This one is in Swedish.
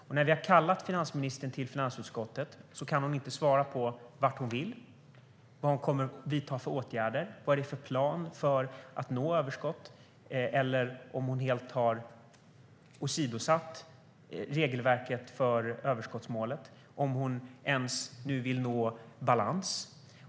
Och när vi kallar finansministern till finansutskottet kan hon inte svara på vad hon vill, vad hon kommer att vidta för åtgärder, vad hon har för plan för att nå överskott eller om hon helt har åsidosatt regelverket för överskottsmålet, om hon nu ens vill nå balans.